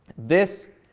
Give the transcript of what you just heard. this,